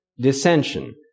dissension